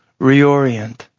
reorient